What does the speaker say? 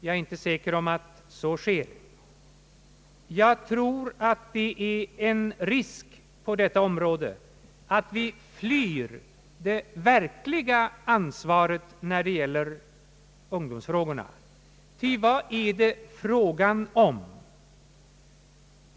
Jag är inte säker på att vi kan organisera fram lösningar. Jag tror att det föreligger en risk att vi flyr det verkliga ansvaret för en lösning av ungdomsproblemen. Ty vad är det fråga om?